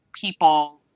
people